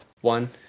one